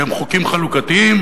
כי הם חוקים חלוקתיים.